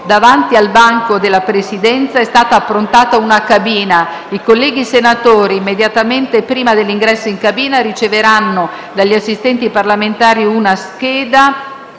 davanti al banco della Presidenza è stata approntata una cabina. I colleghi senatori, immediatamente prima dell’ingresso in cabina, riceveranno dagli assistenti parlamentari una scheda